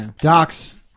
Docs